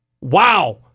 Wow